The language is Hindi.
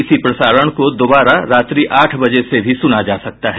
इसी प्रसारण को दोबारा रात्रि आठ बजे से भी सुना जा सकता है